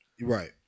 Right